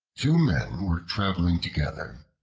two men were traveling together,